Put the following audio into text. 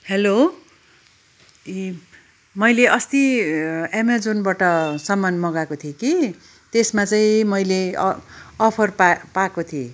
hello ए मैले अस्ति एमेजोनबाट सामान मँगाएको थिए कि त्यसमा चाहिँ मैले अफर पाएको थिएँ